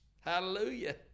Hallelujah